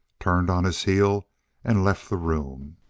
turned on his heel and left the room.